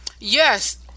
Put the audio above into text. Yes